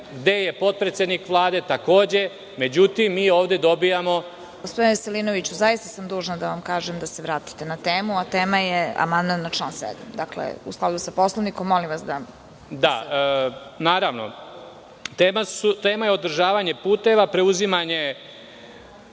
gde je potpredsednik Vlade, takođe, međutim mi ovde dobijamo…(Predsedavajuća: Gospodine Veselinoviću, zaista sam dužna da vam kažem da se vratite na temu, a tema je amandman na član 7. Dakle, u skladu sa Poslovnikom, molim vas.)Da, naravno. Tema je održavanje puteva, preuzimanje